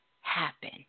happen